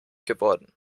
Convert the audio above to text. geworden